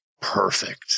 Perfect